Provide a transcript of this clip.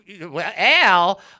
Al